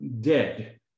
dead